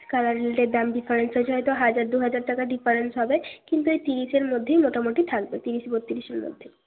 colour related দাম difference আছে হয়তো হাজার দু হাজার টাকা ডিফারেন্স হবে কিন্তু এই তিরিশের মধ্যেই মোটামুটি থাকবে তিরিশ বত্তিরিশের মধ্যেই